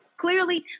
clearly